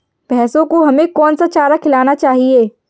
भैंसों को हमें कौन सा चारा खिलाना चाहिए?